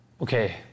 Okay